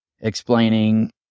explaining